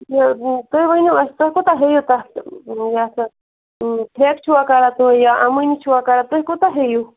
یہِ وۄنۍ تُہۍ ؤنِو اَسہِ تُہۍ کوٗتاہ ہیٚیِو تَتھ ٹھیکہٕ چھُوا کَران تُہۍ یا اَمٲنی چھُوا کَران تُہۍ کوٗتاہ ہیٚیِو